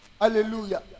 Hallelujah